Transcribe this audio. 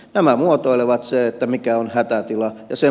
nämä muotoilevat sen mikä on hätätila ja sen